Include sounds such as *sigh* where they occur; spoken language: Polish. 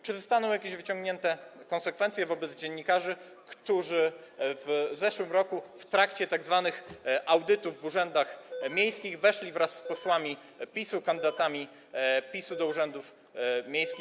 Czy zostaną wyciągnięte jakieś konsekwencje wobec dziennikarzy, którzy w zeszłym roku w trakcie tzw. audytów w urzędach miejskich *noise* weszli wraz z posłami PiS-u, kandydatami PiS-u do urzędów miejskich?